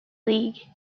league